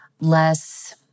less